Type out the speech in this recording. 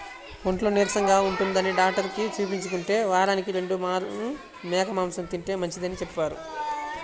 ఒంట్లో నీరసంగా ఉంటందని డాక్టరుకి చూపించుకుంటే, వారానికి రెండు మార్లు మేక మాంసం తింటే మంచిదని చెప్పారు